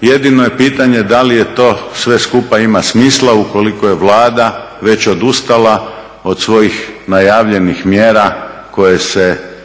Jedino je pitanje da li to sve skupa ima smisla ukoliko je Vlada već odustala od svojih najavljenih mjera koje se